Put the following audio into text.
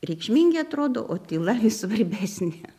reikšmingi atrodo o tyla vis svarbesnė